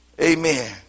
Amen